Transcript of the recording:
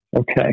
okay